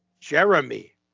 Jeremy